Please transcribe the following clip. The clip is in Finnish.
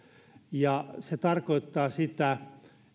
se tarkoittaa sitä